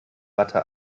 watte